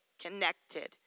connected